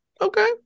okay